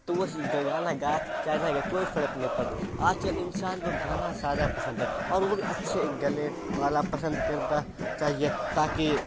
تو وہ سیکھ کر گانا گائے چاہے نہ گائے کوئی فرق نہیں پڑتا آج کل انسان کو گانا زیادہ پسند ہے اور ان کو بھی اچھے گلے والا پسند کرتا چاہیے تاکہ